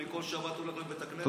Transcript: אני כל שבת הולך לבית כנסת.